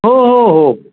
हो हो हो